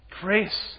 Grace